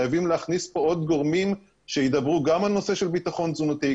חייבים להכניס פה עוד גורמים שידברו גם על נושא של ביטחון תזונתי,